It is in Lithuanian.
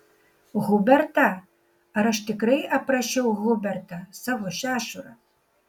hubertą ar aš tikrai aprašiau hubertą savo šešurą